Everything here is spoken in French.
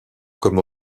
comme